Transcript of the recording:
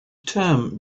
term